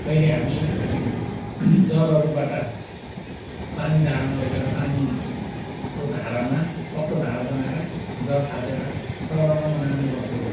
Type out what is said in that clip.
कहिले हामी जरहरूबाट पानी धारामा लगेर पानीको धारामा अग्लो धारा बनाएर जर थापेर तरङरङ् बनाउने गर्छौँ